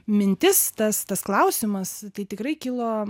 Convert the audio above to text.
mintis tas tas klausimas tai tikrai kilo